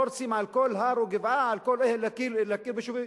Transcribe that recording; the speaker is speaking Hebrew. רוצים על כל הר או גבעה להכיר ביישובים.